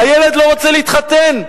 הילד לא רוצה להתחתן,